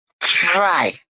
try